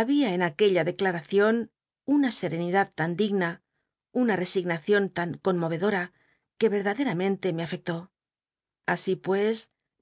había en aquella declamcion una serenidad tan digna una resignacion tan conmo edota que edaderamente me afectó así pues